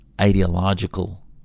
ideological